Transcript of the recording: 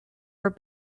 our